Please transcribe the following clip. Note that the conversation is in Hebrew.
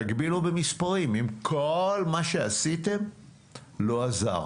תגבילו במספרים, אם כל מה שעשיתם לא עזר.